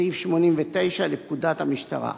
לפי סעיף 89 לפקודת המשטרה.